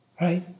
right